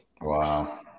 Wow